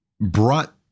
brought